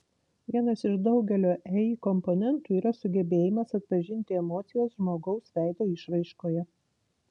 vienas iš daugelio ei komponentų yra sugebėjimas atpažinti emocijas žmogaus veido išraiškoje